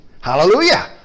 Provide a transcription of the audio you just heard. Hallelujah